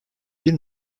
bir